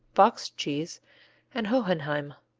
boxed cheese and hohenheim,